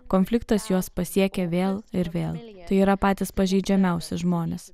konfliktas juos pasiekia vėl ir vėl tai yra patys pažeidžiamiausi žmonės